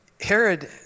Herod